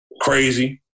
crazy